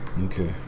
Okay